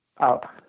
Out